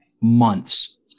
months